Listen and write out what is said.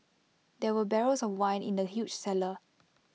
there were barrels of wine in the huge cellar